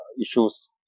issues